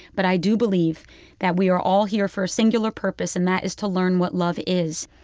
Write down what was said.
but i do believe that we are all here for a singular purpose and that is to learn what love is.